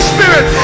Spirit